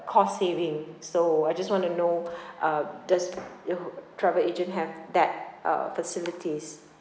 cost saving so I just want to know uh does your travel agent have that uh facilities